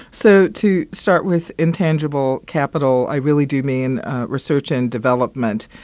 so to start with, intangible capital i really do mean research and development.